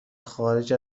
خارج